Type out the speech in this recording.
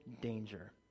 danger